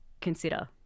consider